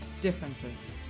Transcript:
differences